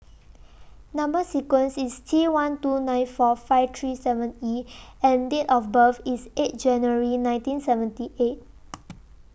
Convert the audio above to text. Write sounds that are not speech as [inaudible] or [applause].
Number sequence IS T one two nine four five three seven E and Date of birth IS eight January nineteen seventy eight [noise]